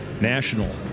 National